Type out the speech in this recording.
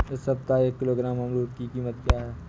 इस सप्ताह एक किलोग्राम अमरूद की कीमत क्या है?